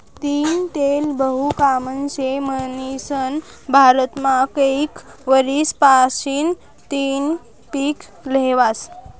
तीयीनं तेल बहु कामनं शे म्हनीसन भारतमा कैक वरीस पाशीन तियीनं पिक ल्हेवास